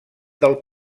del